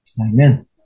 Amen